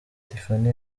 tiffany